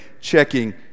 checking